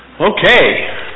Okay